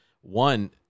one